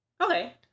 Okay